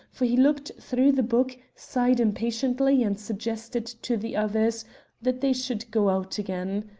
for he looked through the book, sighed impatiently and suggested to the others that they should go out again.